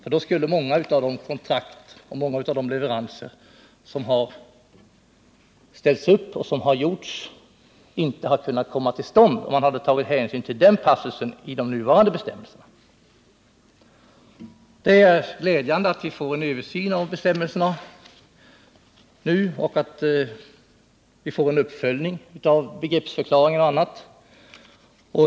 Om man tagit hänsyn till den här passusen skulle många av kontrakten och leveranserna inte ha kunnat komma till stånd. Det är glädjande att vi får en översyn av bestämmelserna nu och att vi fåren uppföljning av begreppsförklaringar och annat.